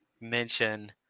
mention